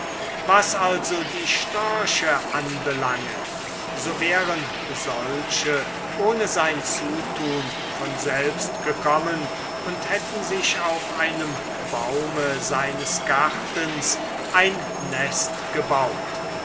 was also die störche anbelange so wären solche ohne sein zutun von selbst gekommen und hätten sich auf einen baum seines gartens ein nest gebaut